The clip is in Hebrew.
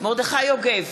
מרדכי יוגב,